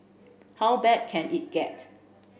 how bad can it get